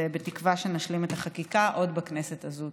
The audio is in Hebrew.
ובתקווה שנשלים את החקיקה עוד בכנסת הזאת.